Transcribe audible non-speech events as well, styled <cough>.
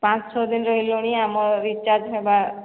ପାଞ୍ଚ ଛଅ ଦିନ ରହିଲିଣି ଆମ <unintelligible> ହେବା